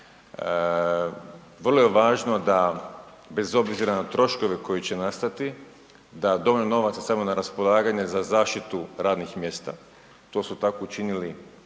Vrlo je važno da bez obzira na troškove koji će nastati da dovoljno novaca stavimo na raspolaganje za zaštitu radnih mjesta, to su tako učinili